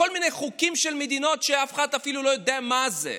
כל מיני חוקים של מדינות שאף אחד אפילו לא יודע מה זה.